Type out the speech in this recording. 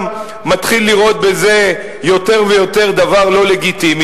מתחיל לראות בזה יותר ויותר דבר לא לגיטימי.